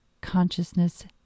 consciousness